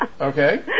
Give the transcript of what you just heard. Okay